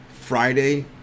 Friday